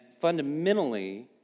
fundamentally